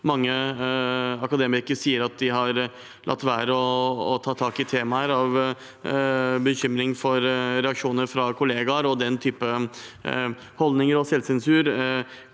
mange akademikere sier at de har latt være å ta tak i temaer av bekymring for reaksjoner fra kollegaer, og den typen holdninger og selvsensur